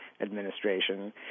administration